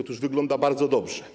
Otóż wygląda to bardzo dobrze.